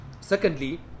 Secondly